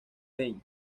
payne